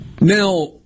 Now